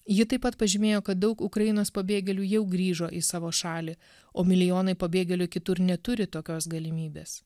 ji taip pat pažymėjo kad daug ukrainos pabėgėlių jau grįžo į savo šalį o milijonai pabėgėlių kitur neturi tokios galimybės